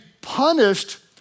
punished